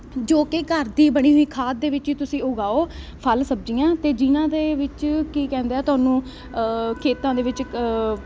ਜੋ ਕਿ ਘਰ ਦੀ ਬਣੀ ਹੋਈ ਖਾਦ ਦੇ ਵਿੱਚ ਹੀ ਤੁਸੀਂ ਉਗਾਓ ਫਲ ਸਬਜੀਆਂ ਅਤੇ ਜਿਨ੍ਹਾਂ ਦੇ ਵਿੱਚ ਕੀ ਕਹਿੰਦੇ ਆ ਤੁਹਾਨੂੰ ਖੇਤਾਂ ਦੇ ਵਿੱਚ